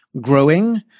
growing